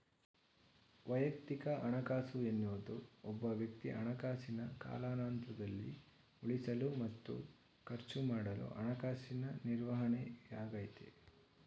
ವೈಯಕ್ತಿಕ ಹಣಕಾಸು ಎನ್ನುವುದು ಒಬ್ಬವ್ಯಕ್ತಿ ಹಣಕಾಸಿನ ಕಾಲಾನಂತ್ರದಲ್ಲಿ ಉಳಿಸಲು ಮತ್ತು ಖರ್ಚುಮಾಡಲು ಹಣಕಾಸಿನ ನಿರ್ವಹಣೆಯಾಗೈತೆ